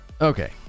Okay